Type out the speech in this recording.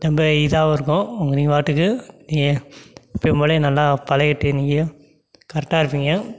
ரொம்ப ஈஸியாகவும் இருக்கும் உங் நீங்கள் பாட்டுக்கு எ எப்பயும் போல் நல்லா பழகிட்டு நீங்கள் கரெட்டாக இருப்பீங்க